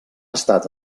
estat